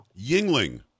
Yingling